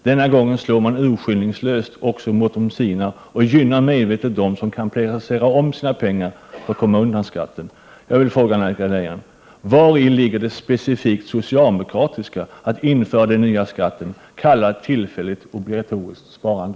Denna gång slår man urskillningslöst också mot de sina och gynnar medvetet dem som kan placera om sina pengar för att slippa skatten. Jag vill fråga Anna-Greta Leijon: Vari ligger det specifikt socialdemokratiska i att införa den nya skatt som kallas ett tillfälligt obligatoriskt sparande?